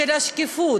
של השקיפות,